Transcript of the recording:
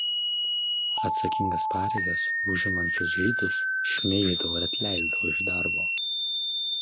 atsakingas pareigas užimančius žydus šmeiždavo ir atleisdavo iš darbo